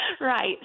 Right